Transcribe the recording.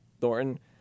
Thornton